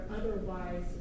otherwise